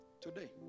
Today